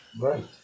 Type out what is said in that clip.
right